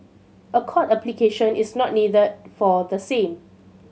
a court application is not needed for the same